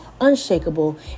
unshakable